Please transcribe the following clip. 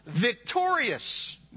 victorious